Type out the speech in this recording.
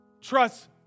trust